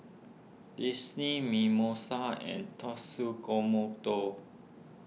Disney Mimosa and